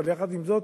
יחד עם זאת,